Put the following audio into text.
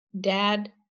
dad